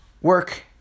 work